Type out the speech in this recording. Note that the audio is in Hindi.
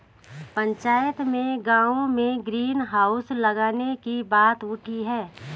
पंचायत में गांव में ग्रीन हाउस लगाने की बात उठी हैं